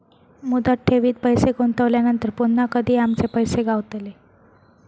मुदत ठेवीत पैसे गुंतवल्यानंतर पुन्हा कधी आमचे पैसे गावतले?